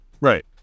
Right